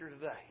today